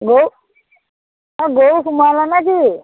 গৰু অ গৰু সোমোৱালা নেকি